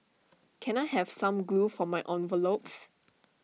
can I have some glue for my envelopes